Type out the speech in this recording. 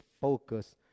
focus